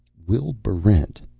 will barrent.